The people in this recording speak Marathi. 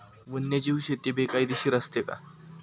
वन्यजीव शेती बेकायदेशीर असते का?